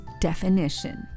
definition